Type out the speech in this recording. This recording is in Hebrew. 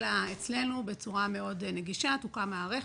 אלא אצלנו בצורה מאוד נגישה תוקם מערכת.